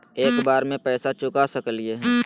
एक बार में पैसा चुका सकालिए है?